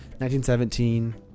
1917